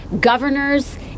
governors